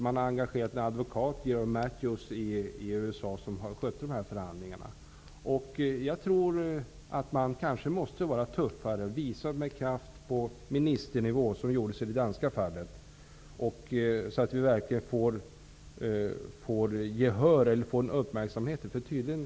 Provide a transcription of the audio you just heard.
Man engagerade en advokat i Jag tror att vi måste vara tuffare. Vi måste med kraft visa vad vi anser på ministernivå, så att vi får uppmärksamhet.